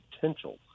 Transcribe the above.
potential